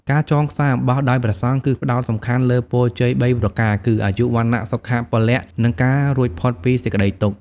ការចងខ្សែរអំបោះដោយព្រះសង្ឃ គឺផ្ដោតសំខាន់លើ ពរជ័យបីប្រការគឺ អាយុ វណ្ណៈ សុខៈ ពលៈ និងការរួចផុតពីសេចក្ដីទុក្ខ។